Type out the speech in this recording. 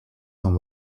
van